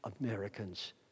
Americans